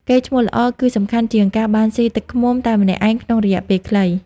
កេរ្តិ៍ឈ្មោះល្អ គឺសំខាន់ជាងការបានស៊ីទឹកឃ្មុំតែម្នាក់ឯងក្នុងរយៈពេលខ្លី។